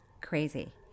crazy